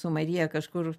su marija kažkur